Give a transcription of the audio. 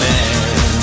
Man